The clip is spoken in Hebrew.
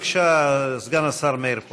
בבקשה, סגן השר מאיר פרוש.